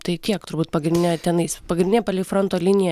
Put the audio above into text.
tai tiek turbūt pagrindinė tenais pagrindinė palei fronto liniją